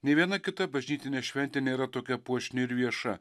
nė viena kita bažnytinė šventė nėra tokia puošni ir vieša